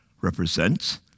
represents